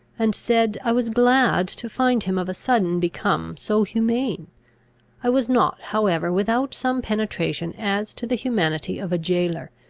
and said, i was glad to find him of a sudden become so humane i was not however without some penetration as to the humanity of a jailor,